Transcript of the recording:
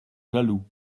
jaloux